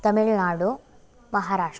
Tamil Nadu Maharashtra